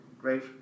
great